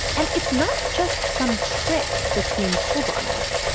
and it's not just some trick that's being pulled on us.